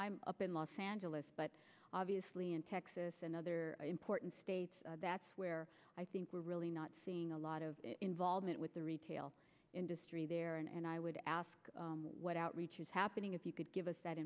i'm up in los angeles but obviously in texas another important state that's where i think we're really not seeing a lot of involvement with the retail industry there and i would ask what outreach is happening if you could give us that